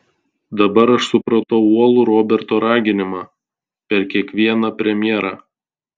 dabar aš supratau uolų roberto raginimą per kiekvieną premjerą